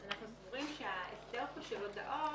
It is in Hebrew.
אנחנו סבורים שההסדר כאן של הודעות,